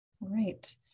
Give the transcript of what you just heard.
right